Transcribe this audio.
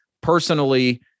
Personally